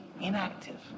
inactive